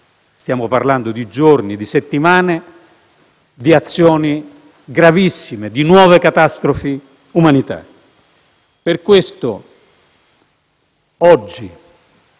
(stiamo parlando di giorni), di azioni gravissime, di nuove catastrofi umanitarie. Per questo oggi